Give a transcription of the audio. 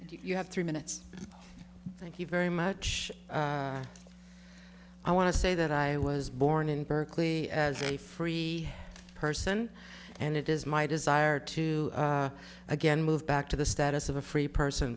second and you have three minutes thank you very much i want to say that i was born in berkeley as a free person and it is my desire to again move back to the status of a free person